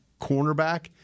cornerback